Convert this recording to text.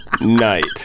night